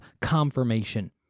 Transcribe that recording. confirmation